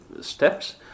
steps